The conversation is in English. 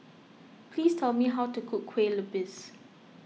please tell me how to cook Kue Lupis